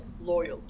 loyalty